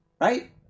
right